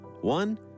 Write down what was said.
One